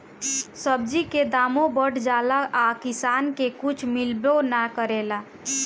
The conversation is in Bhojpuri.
सब्जी के दामो बढ़ जाला आ किसान के कुछ मिलबो ना करेला